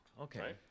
okay